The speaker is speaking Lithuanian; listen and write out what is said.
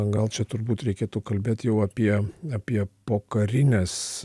gal čia turbūt reikėtų kalbėt jau apie apie pokarines